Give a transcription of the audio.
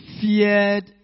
feared